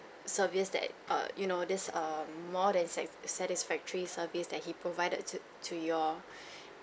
service that err you know this err more than sat satisfactory service that he provided to to your